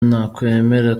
nakwemera